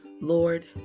lord